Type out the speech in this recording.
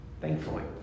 Thankfully